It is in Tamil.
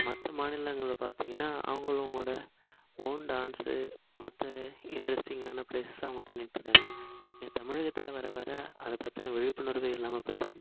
மற்ற மாநிலங்கள்ல பார்த்திங்கன்னா அவங்களவோட ஓன் டான்ஸு மற்ற இன்ட்ரெஸ்ட்டிங்கான ப்ளேஸஸ்ஸை அவங்க பண்ணிகிட்டுருக்காங்க இங்கே தமிழகத்தில் வர வர அதை பற்றின விழிப்புணர்வே இல்லாமல் போய்டுச்சி